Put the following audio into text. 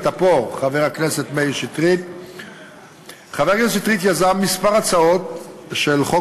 חבר הכנסת שטרית יזם כמה הצעות חוק